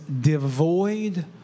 devoid